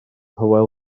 hywel